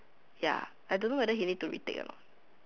ya I don't know whether he need to retake or not